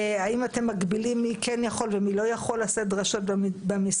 האם אתם מגבילים מי כן יכול ומי לא יכול לשאת דרשות במסגדים?